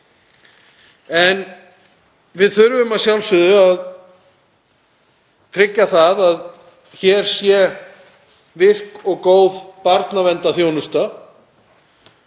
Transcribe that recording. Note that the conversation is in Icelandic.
Við þurfum að sjálfsögðu að tryggja það að hér sé virk og góð barnaverndarþjónusta.